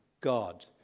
God